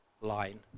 line